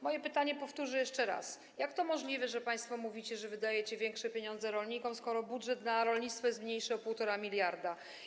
Moje pytanie powtórzę jeszcze raz: Jak to możliwe, że państwo mówicie, że dajecie większe pieniądze rolnikom, skoro budżet na rolnictwo jest mniejszy o 1,5 mld?